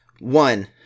One